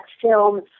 film